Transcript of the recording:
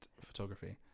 photography